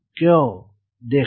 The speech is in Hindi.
क्यों देखें